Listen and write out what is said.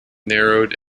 narrowed